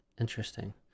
Interesting